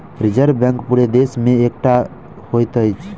reserve Bank पूरा देश मे एकै टा होइत अछि